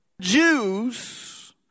Jews